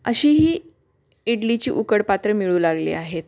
अशीही इडलीची उकड पात्र मिळू लागली आहेत